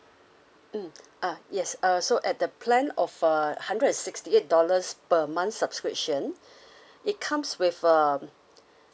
mm uh yes uh so at the plan of a hundred and sixty eight dollars per month subscription it comes with um